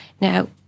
Now